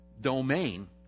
domain